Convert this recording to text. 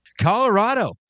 Colorado